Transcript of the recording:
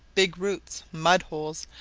big roots, mud-holes,